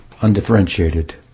undifferentiated